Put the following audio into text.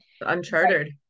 uncharted